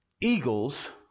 eagles